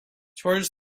towards